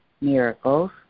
miracles